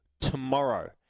tomorrow